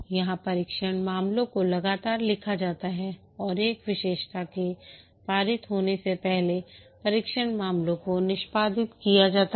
यहां परीक्षण मामलों को लगातार लिखा जाता है और एक विशेषता के पारित होने से पहले परीक्षण मामलों को निष्पादित किया जाता है